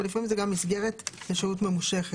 אבל לפעמים זאת גם מסגרת לשהות ממושכת,